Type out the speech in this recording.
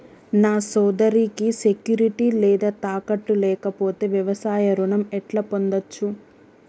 నా సోదరికి సెక్యూరిటీ లేదా తాకట్టు లేకపోతే వ్యవసాయ రుణం ఎట్లా పొందచ్చు?